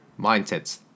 mindsets